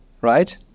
right